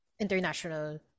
international